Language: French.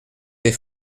des